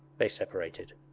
they separated.